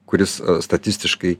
kuris statistiškai